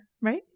Right